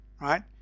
right